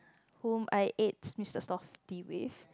whom I ate Mister softee with